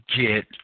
get